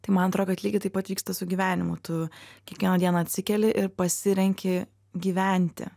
tai man atrodo kad lygiai taip pat vyksta su gyvenimu tu kiekvieną dieną atsikeli ir pasirenki gyventi